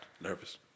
Nervous